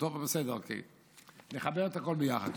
טוב, בסדר, אני אחבר את הכול ביחד.